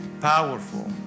powerful